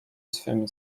swym